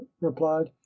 replied